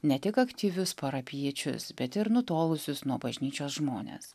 ne tik aktyvius parapijiečius bet ir nutolusius nuo bažnyčios žmones